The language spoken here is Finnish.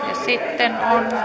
sitten